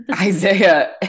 Isaiah